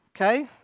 Okay